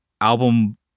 album